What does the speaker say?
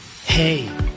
Hey